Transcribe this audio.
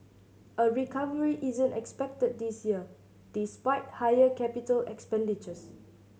a recovery isn't expected this year despite higher capital expenditures